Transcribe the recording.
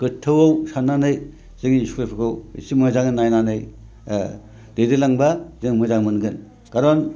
गोथौ साननानै जोंनि स्कुलफोरखौ एसे मोजां नायनानै देरहोलांब्ला जों मोजां मोनगोन खारन